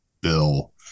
Bill